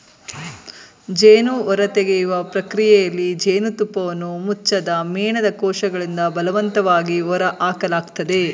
ಜೇನು ಹೊರತೆಗೆಯುವ ಪ್ರಕ್ರಿಯೆಯಲ್ಲಿ ಜೇನುತುಪ್ಪವನ್ನು ಮುಚ್ಚದ ಮೇಣದ ಕೋಶಗಳಿಂದ ಬಲವಂತವಾಗಿ ಹೊರಹಾಕಲಾಗ್ತದೆ